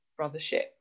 Brothership